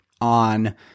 on